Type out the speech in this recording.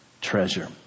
treasure